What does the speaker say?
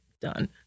done